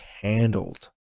handled